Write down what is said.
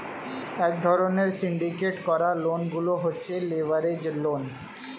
এক ধরণের সিন্ডিকেট করা লোন গুলো হচ্ছে লেভারেজ লোন